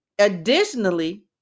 additionally